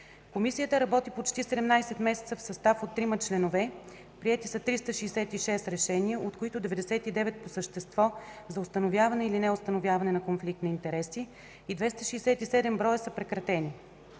Комисията работи почти 17 месеца в състав от трима членове, приети са 366 решения, от които 99 по същество за установяване или неустановяване на конфликт на интереси и 267 броя са прекратени.